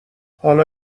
حالا